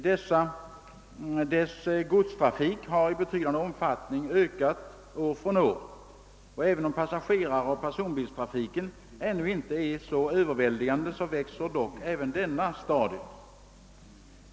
Dess godstrafik har i betydande omfattning ökat år från år, och även om passageraroch personbilstrafiken ännu inte är särskilt överväldigande växer dock även denna stadigt.